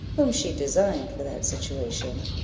whom she designed for that situation,